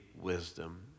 wisdom